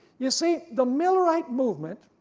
you see the millerite movement,